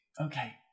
Okay